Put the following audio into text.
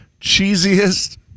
cheesiest